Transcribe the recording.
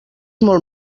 molt